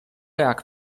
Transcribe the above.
jak